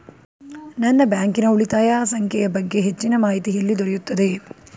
ನನ್ನ ಬ್ಯಾಂಕಿನ ಉಳಿತಾಯ ಸಂಖ್ಯೆಯ ಬಗ್ಗೆ ಹೆಚ್ಚಿನ ಮಾಹಿತಿ ಎಲ್ಲಿ ದೊರೆಯುತ್ತದೆ?